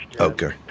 okay